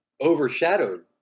overshadowed